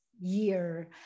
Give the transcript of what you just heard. year